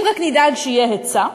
אם רק נדאג שיהיה היצע,